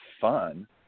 fun